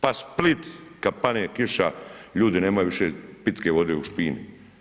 Pa Split, kad padne kiša ljudi nemaju više pitke vode u špini.